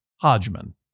hodgman